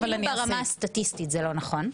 ברמה הסטטיסטית זה לא נכון.